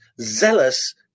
zealous